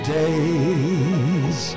days